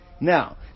Now